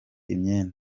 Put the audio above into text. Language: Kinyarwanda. imyenda